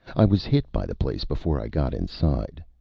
i was hit by the place before i got inside.